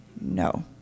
No